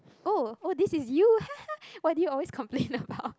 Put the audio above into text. oh oh this is you what do you always complain about